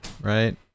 right